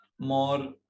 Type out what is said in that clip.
more